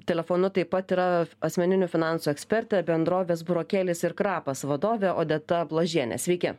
telefonu taip pat yra asmeninių finansų ekspertė bendrovės burokėlis ir krapas vadovė odeta bložienė sveiki